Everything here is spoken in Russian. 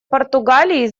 португалии